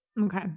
Okay